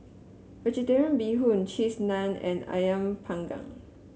vegetarian Bee Hoon Cheese Naan and ayam Panggang